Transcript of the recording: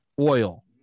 oil